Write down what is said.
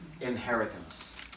inheritance